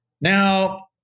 Now